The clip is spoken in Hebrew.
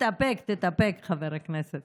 חבר הכנסת